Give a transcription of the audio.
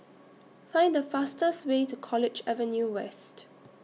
Find The fastest Way to College Avenue West